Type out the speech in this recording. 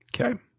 Okay